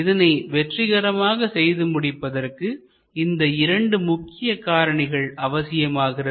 இதனை வெற்றிகரமாக செய்து முடிப்பதற்கு இந்த இரண்டு முக்கிய காரணிகள் அவசியமாகிறது